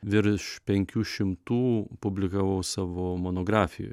virš penkių šimtų publikavau savo monografijoj